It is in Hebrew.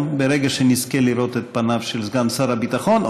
ברגע שנזכה לראות את פניו של סגן שר הביטחון,